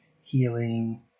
healing